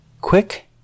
quick